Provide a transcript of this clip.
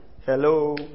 Hello